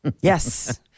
Yes